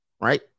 right